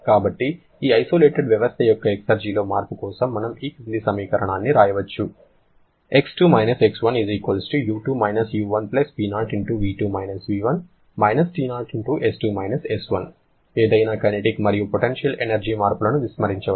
కాబట్టి ఈ ఐసోలేటెడ్ వ్యవస్థ యొక్క ఎక్సర్జిలో మార్పు కోసం మనము ఈ క్రింది సమీకరణాన్ని రాయవచ్చు X2 - X1 U2-U1 P0V2-V1 - T0S2-S1 ఏదైనా కైనెటిక్ మరియు పొటెన్షియల్ ఎనర్జీ మార్పులను విస్మరించవచ్చు